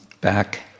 back